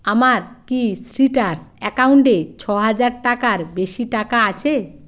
আমার কি সিট্রাস অ্যাকাউন্টে ছ হাজার টাকার বেশি টাকা আছে